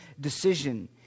decision